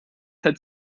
hat